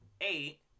eight